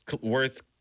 worth